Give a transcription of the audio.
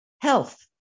health